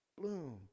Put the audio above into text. Bloom